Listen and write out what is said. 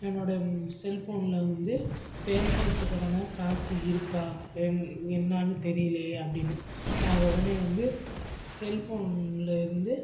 என்னோடய செல்ஃபோனில் வந்து பேசுகிறதுக்கான காசு இருக்கா என் என்னென்னு தெரியலயே அப்படின்னு நான் உடனே வந்து செல்ஃபோனில் இருந்து